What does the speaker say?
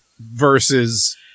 versus